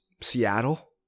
Seattle